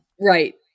right